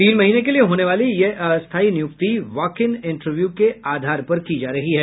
तीन महीने के लिए होने वाली यह अस्थायी नियुक्ति वॉक इन इंटरव्यू के आधार पर की जा रही है